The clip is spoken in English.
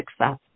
success